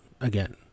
again